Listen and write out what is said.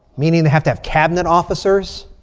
meaning they have to have cabinet officers.